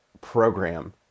program